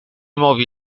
movi